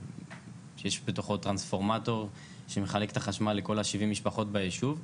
שיש בתוכו טרנספורמטור שמחלק את החשמל לכל השבעים משפחות ביישוב.